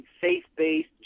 faith-based